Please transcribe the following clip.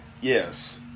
yes